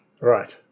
Right